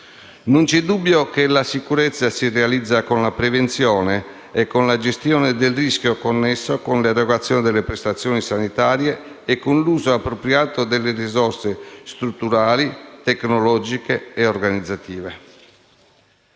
Non c'è dubbio che la sicurezza si realizza con la prevenzione e con la gestione del rischio connesso con l'erogazione delle prestazioni sanitarie e con l'uso appropriato delle risorse strutturali, tecnologiche e organizzative.